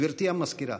גברתי המזכירה.